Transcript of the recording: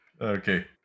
Okay